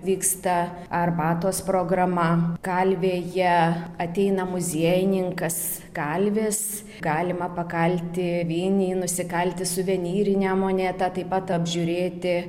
vyksta arbatos programa kalvėje ateina muziejininkas kalvis galima pakalti vinį nusikalti suvenyrinę monetą taip pat apžiūrėti